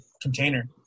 container